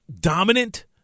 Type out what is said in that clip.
dominant